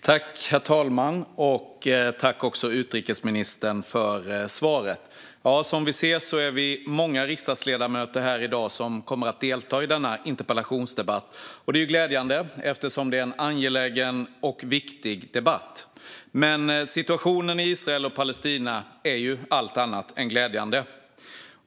Herr talman! Tack, utrikesministern, för svaret! Vi är många riksdagsledamöter som kommer att delta i denna interpellationsdebatt i dag. Det är glädjande eftersom det är en angelägen och viktig debatt. Situationen i Israel och Palestina är dock allt annat än glädjande.